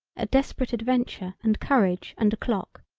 a desperate adventure and courage and a clock,